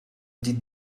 did